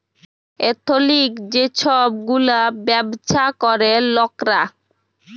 এথলিক যে ছব গুলা ব্যাবছা ক্যরে লকরা